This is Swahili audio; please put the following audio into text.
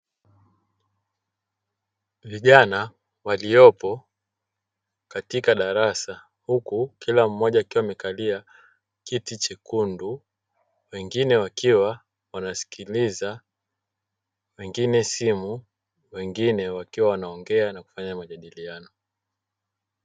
Vijana waliopo katika darasa huku kila mmoja akiwa amekalia kiti chekundu, wengine wakiwa wanasikiliza, wengine simu, wengine wakiwa wanaongea na kufanya majadiliano.